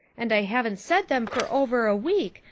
and i haven't said them for over a week,